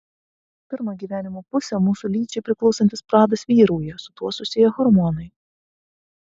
pirmą gyvenimo pusę mūsų lyčiai priklausantis pradas vyrauja su tuo susiję hormonai